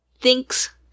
thanks